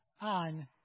on